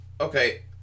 Okay